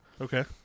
Okay